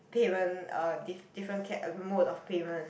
payment uh diff different mo~ mode of payment